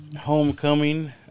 homecoming